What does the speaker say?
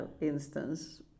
instance